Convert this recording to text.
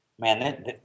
Man